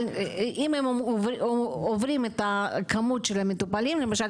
אבל אם הם עוברים את כמות המטופלים למשל